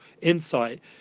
insight